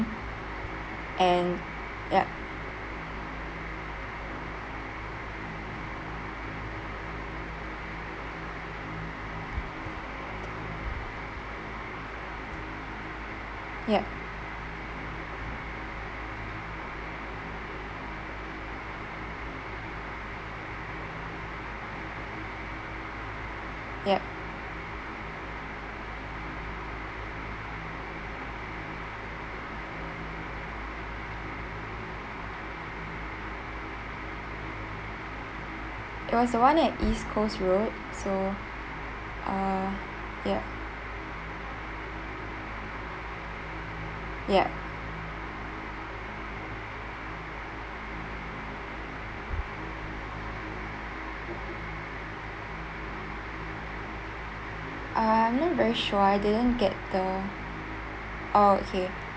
and ya ya ya it was the one at east coast road so uh ya ya uh I'm not very sure I didn't get the oh okay